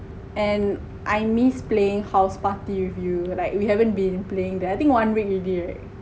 and I miss playing houseparty with you like we haven't been playing that I think one week already right